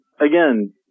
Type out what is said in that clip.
again